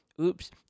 Oops